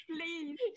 please